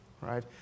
right